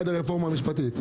אז יש כרגע עיצום.